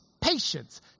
patience